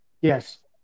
Yes